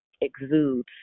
exudes